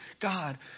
God